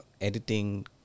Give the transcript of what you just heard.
editing